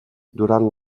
durant